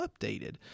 updated